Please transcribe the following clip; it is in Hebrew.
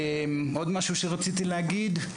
רציתי להגיד גם